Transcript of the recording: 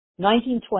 1920